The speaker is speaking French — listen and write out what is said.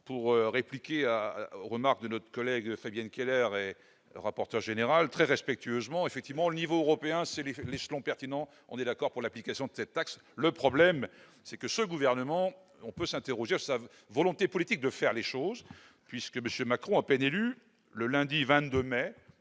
pour répliquer à remarque de notre collègue Fabienne Keller et rapporteur général très respectueusement effectivement au niveau européen, c'est l'effet échelon pertinent, on est d'accord pour l'application de cette taxe, le problème c'est que ce gouvernement, on peut s'interroger savent volonté politique de faire les choses puisque monsieur Macron à peine élu, le lundi 22 mai